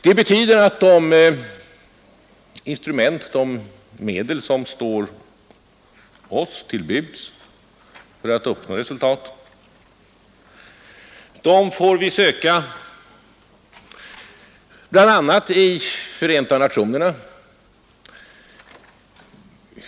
Det betyder att de medel som kan stå oss till buds för att uppnå resultat får vi söka i Förenta nationerna.